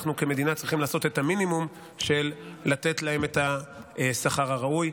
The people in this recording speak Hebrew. אנחנו כמדינה צריכים לעשות את המינימום של לתת להם את השכר הראוי.